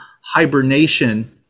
hibernation